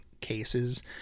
cases